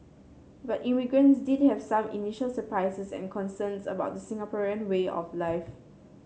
but immigrants did have some initial surprises and concerns about the Singaporean way of life